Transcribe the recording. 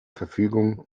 verfügung